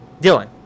Dylan